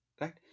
Right